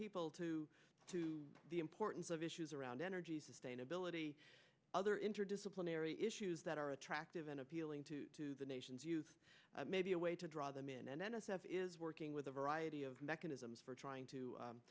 people to to the importance of issues around energy sustainability other interdisciplinary issues that are attractive and appealing to the nation's youth may be a way to draw them in and then a step is working with a variety of mechanisms for trying to